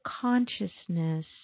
consciousness